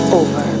over